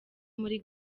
muri